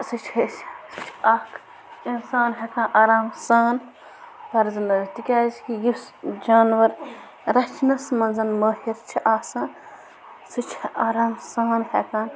سٔہ چھِ أسۍ اَکھ اِنسان ہٮ۪کان آرام سان پَرزٕنٲوِتھ تِکیٛازِ کہِ یُس جانوَر رَچھنَس منٛز مٲہِر چھِ آسان سُہ چھِ آرام سان ہٮ۪کان